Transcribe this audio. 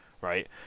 right